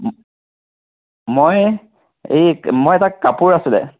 মই এই এই মই এটা কাপোৰ আছিলে